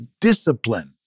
discipline